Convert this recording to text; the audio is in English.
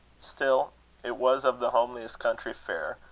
still it was of the homeliest country fare,